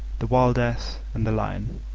the wild ass, and the lion